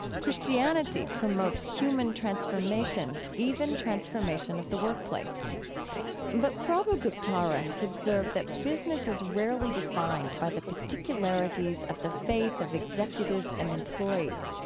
christianity promotes human transformation, even transformation of the workplace but prabhu guptara has observed that business is rarely defined by the particularities of the faith of executives and employees.